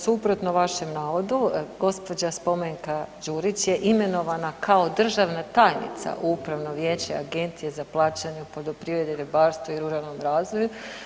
Suprotno vašem navodu, gđa. Spomenka Đurić je imenovana kao državna tajnica u upravno vijeće Agencije za plaćanje u poljoprivredi, ribarstvu i ruralnom razvoju.